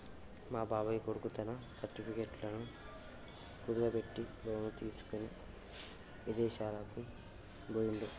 మా బాబాయ్ కొడుకు తన సర్టిఫికెట్లను కుదువబెట్టి లోను తీసుకొని ఇదేశాలకు బొయ్యిండు